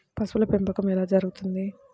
పశువుల పెంపకం ఎలా జరుగుతుంది?